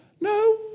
No